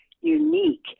unique